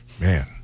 Man